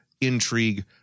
intrigue